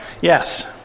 Yes